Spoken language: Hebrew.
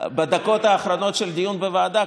בדקות האחרונות של דיון בוועדה,